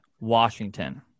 Washington